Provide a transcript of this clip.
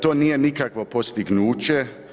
To nije nikakvo postignuće.